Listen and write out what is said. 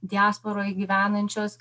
diasporoj gyvenančios